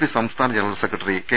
P സംസ്ഥാന general secretary K